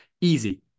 Easy